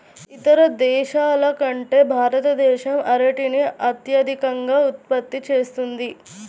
ఇతర దేశాల కంటే భారతదేశం అరటిని అత్యధికంగా ఉత్పత్తి చేస్తుంది